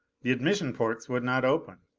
the admission ports would not open!